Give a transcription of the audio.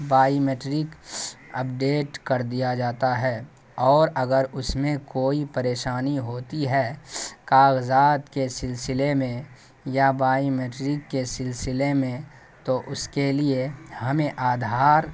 by matric update کر دیا جاتا ہے اور اگر اس میں کوئی پریشانی ہوتی ہے کاغذات کے سلسلے میں یا بائی میٹرک کے سلسلے میں تو اس کے لیے ہمیں آدھار